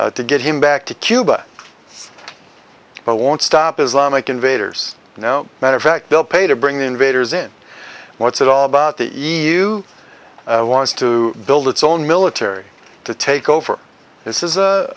gonzales to get him back to cuba but won't stop islamic invaders no matter of fact they'll pay to bring the invaders in what's it all about the e u wants to build its own military to take over this is